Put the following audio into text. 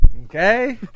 Okay